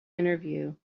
interview